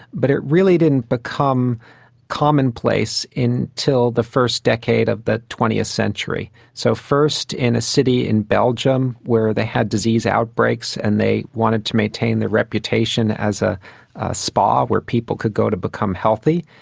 but it really didn't become commonplace until the first decade of the twentieth century. so first in a city in belgium where they had disease outbreaks and they wanted to maintain the reputation as a spa where people could go to become healthy.